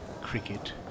cricket